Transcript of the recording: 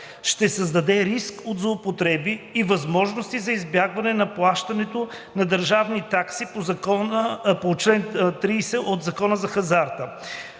ще създаде риск от злоупотреби и възможности за избягване на плащането на държавните такси по чл. 30 от Закона за хазарта.